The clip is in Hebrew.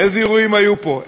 איזה אירועים היו פה,